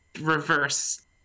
reverse